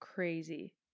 Crazy